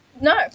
No